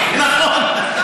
אתה סומך?